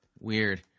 weird